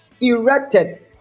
erected